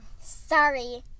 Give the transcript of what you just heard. Sorry